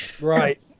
Right